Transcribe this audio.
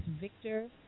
Victor